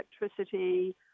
electricity